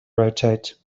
rotate